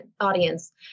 audience